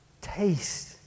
Taste